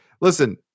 listen